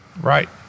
Right